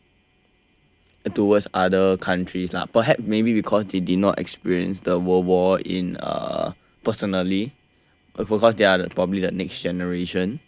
towards other countries lah perhaps maybe because they did not experience the world war in uh personally of course they are probably the next generation